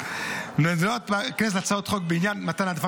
בימים אלה נדונות בכנסת הצעות חוק בעניין מתן העדפה